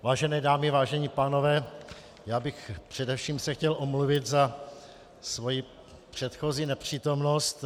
Vážené dámy, vážení pánové, já bych se především chtěl omluvit za svoji předchozí nepřítomnost.